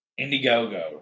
Indiegogo